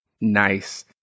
Nice